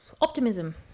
Optimism